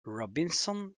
robinson